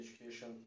education